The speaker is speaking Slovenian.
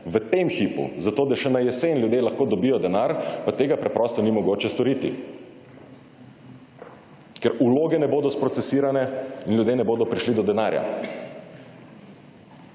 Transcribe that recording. V tem hipu zato, da še na jesen lahko ljudje dobijo denar, pa tega preprosto ni mogoče storiti. Ker vloge ne bodo sprocesirane in ljudje ne bodo prišli do denarja.